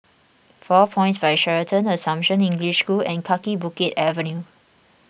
four Points By Sheraton Assumption English School and Kaki Bukit Avenue